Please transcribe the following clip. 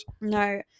no